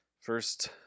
First